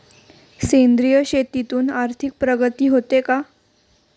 सेंद्रिय शेतीतून आर्थिक प्रगती होते का?